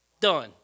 done